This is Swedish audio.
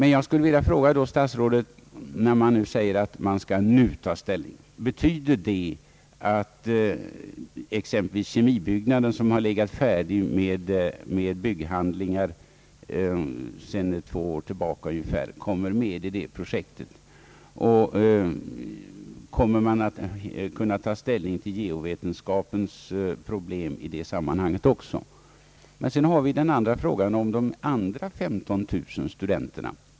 När statsrådet säger att regeringen nu skall ta ställning till frågan vill jag fråga: Betyder det att exempelvis kemibyggnaden — bygghandlingar har beträffande den varit utarbetade sedan två år tillbaka — kommer med i projektet? Kommer man att kunna ta ställning till geovetenskapens problem i det sammanhanget? Men hur tänker man sig att planera för de återstående 15 000 studenterna?